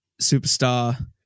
superstar